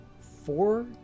four